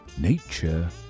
nature